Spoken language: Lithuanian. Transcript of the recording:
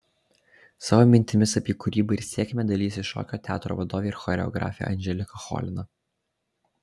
savo mintimis apie kūrybą ir sėkmę dalijasi šokio teatro vadovė ir choreografė anželika cholina